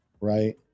right